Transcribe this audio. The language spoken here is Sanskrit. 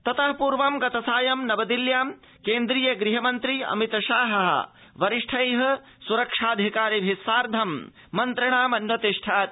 ततः पूर्वं गतसायं नवदेहल्यां केन्द्रीय गृहमन्त्री अमित शाहः वरिष्ठः स्रक्षाऽधिकारिभिः मन्त्रणामन्वतिष्ठत्